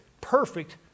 perfect